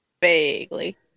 vaguely